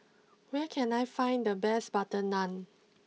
where can I find the best Butter Naan